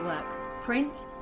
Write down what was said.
print